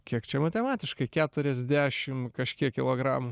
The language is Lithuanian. kiek čia matematiškai keturiasdešim kažkiek kilogramų